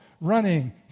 running